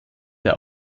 der